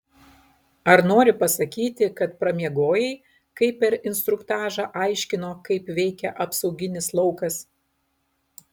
ar nori pasakyti kad pramiegojai kai per instruktažą aiškino kaip veikia apsauginis laukas